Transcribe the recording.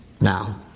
now